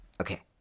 Okay